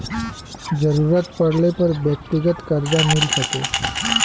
जरूरत पड़ले पर व्यक्तिगत करजा मिल सके